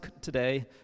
today